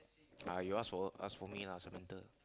are you ask for uh ask for me lah Samantha